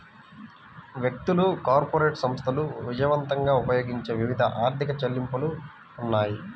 వ్యక్తులు, కార్పొరేట్ సంస్థలు విజయవంతంగా ఉపయోగించే వివిధ ఆర్థిక చెల్లింపులు ఉన్నాయి